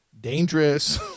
dangerous